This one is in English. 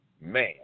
man